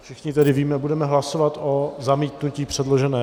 Všichni tedy víme, budeme hlasovat o zamítnutí předložené novely.